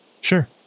Sure